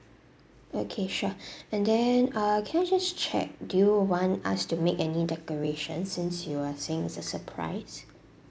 okay sure and then uh can I just check do you want us to make any decoration since you are saying is a surprise